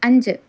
അഞ്ച്